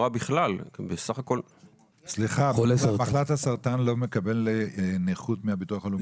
חולה במחלת הסרטן לא מקבל נכות מהביטוח הלאומי?